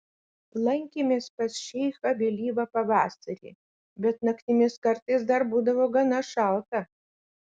lankėmės pas šeichą vėlyvą pavasarį bet naktimis kartais dar būdavo gana šalta